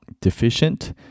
deficient